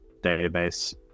database